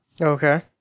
Okay